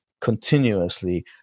continuously